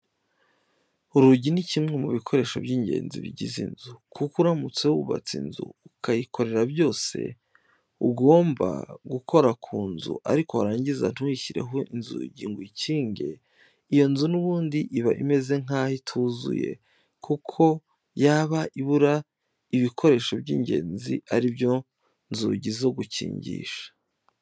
Urugi ni kimwe mu bikoresho by'ingenzi bigize inzu, kuko uramutse wubatse inzu ukayikorera byose ugomba gukora ku nzu ariko warangiza ntuyishyireho inzugi ngo uyikinge, iyo nzu n'ubundi iba imeze nkaho ituzuye, kuko yaba ibura ibikoresho by'ingenzi ari byo nzugi zo gukingisha.